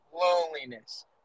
loneliness